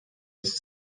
his